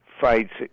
fights